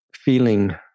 feeling